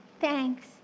Thanks